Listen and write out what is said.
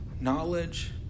Knowledge